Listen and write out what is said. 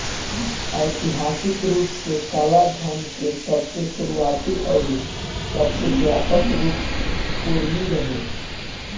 ऐतिहासिक रूप से कालाधान के सबसे शुरुआती अउरी सबसे व्यापक रूप कोरवी रहे